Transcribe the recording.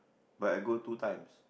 but I go two times